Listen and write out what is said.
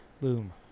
Boom